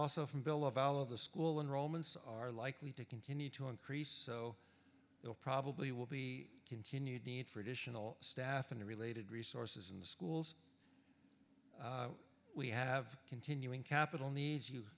also from bill of all of the school enrollment are likely to continue to increase so they'll probably will be continued need for additional staff and related resources in the schools we have continuing capital needs you